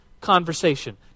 conversation